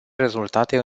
rezultate